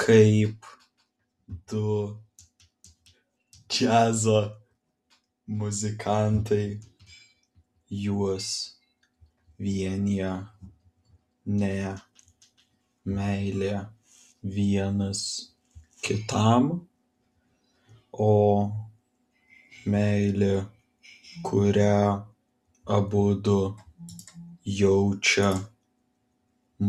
kaip du džiazo muzikantai juos vienija ne meilė vienas kitam o meilė kurią abudu jaučia